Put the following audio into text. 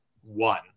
one